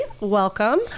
welcome